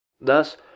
Thus